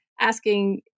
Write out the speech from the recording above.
asking